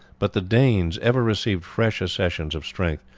but the danes ever received fresh accessions of strength,